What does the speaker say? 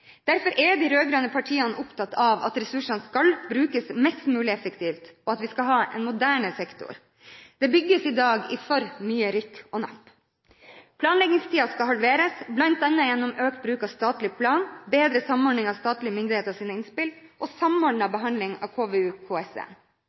derfor er de rød-grønne partiene opptatt av at ressursene skal brukes mest mulig effektivt, og at vi skal ha en moderne sektor. Det bygges i dag for mye i rykk og napp. Planleggingstiden skal halveres, bl.a. gjennom økt bruk av statlig plan, bedre samordning av statlige myndigheters innspill og